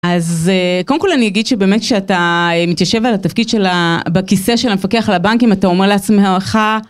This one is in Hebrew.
אז קודם כל אני אגיד שבאמת כשאתה מתיישב על התפקיד שלה בכיסא של המפקח על הבנק אם אתה אומר לעצמך